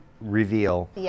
reveal